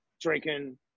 drinking